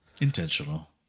Intentional